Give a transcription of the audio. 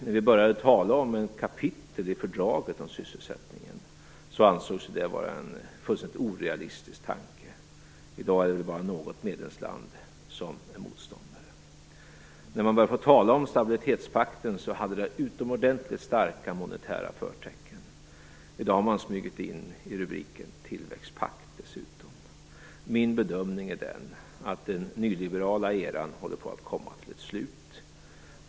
När vi började tala om ett kapitel i fördraget om sysselsättningen ansågs det vara en fullständigt orealistisk tanke. I dag är det bara något medlemsland som är motståndare. När man började att tala om stabilitetspakten hade det utomordentligt starka monetära förtecken. I dag har man dessutom smugit in ordet tillväxtpakt i rubriken. Min bedömning är att den nyliberala eran håller på att komma till ett slut.